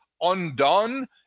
undone